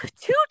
two